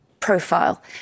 profile